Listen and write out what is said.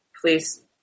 please